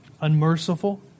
Unmerciful